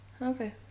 Okay